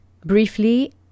briefly